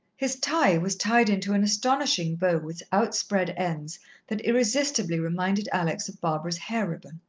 his tie was tied into an astonishing bow with out-spread ends that irresistibly reminded alex of barbara's hair-ribbon.